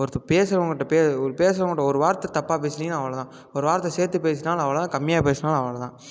ஒருத்தர் பேசுறவங்கள்ட்ட போய் ஒரு பேசுறவங்கள்ட்ட ஒரு வார்த்தை தப்பாக பேசினீங்கன்னா அவ்வளோதான் ஒரு வார்த்தை சேர்த்து பேசினாலும் அவ்வளோ தான் கம்மியாக பேசினாலும் அவ்வளோவு தான்